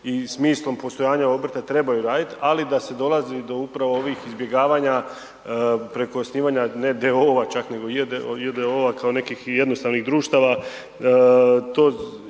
i smislom postojanja obrta trebaju raditi, ali da se dolazi do upravo ovih izbjegavanja preko osnivanja ne d.o.o. nego j.d.o. kao nekih i jednostavnih društava